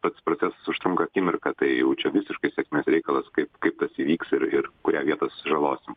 pats procesas užtrunka akimirką tai jau čia visiškai sėkmės reikalas kaip kaip tas įvyks ir ir kurią vietą susižalosim